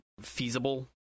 feasible